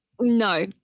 No